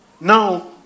Now